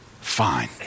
fine